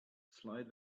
slide